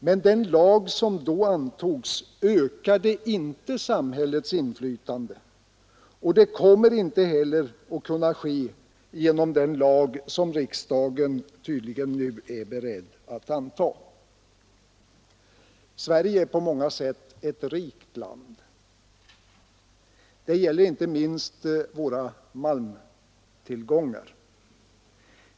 Men den lag som då antogs ökade inte samhällets inflytande, och det kommer inte heller att kunna ske genom den lag som riksdagen nu tydligen är beredd att anta. Sverige är på många sätt ett rikt land. Det gäller inte minst om våra malmtillgångar.